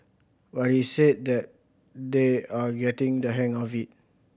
but he said that they are getting the hang of it